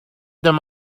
them